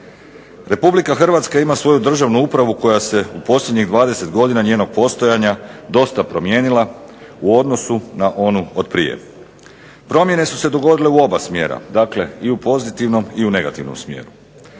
Republika Hrvatska ima svoju državnu upravu koja se u posljednjih 20 godina njenog postojanja dosta promijenila u odnosu na onu od prije. Promjene su se dogodile u oba smjera, dakle i u pozitivnom i u negativnom smjeru.